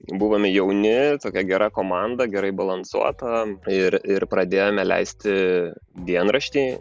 buvome jauni tokia gera komanda gerai balansuota ir ir pradėjome leisti dienraštį